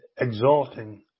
exalting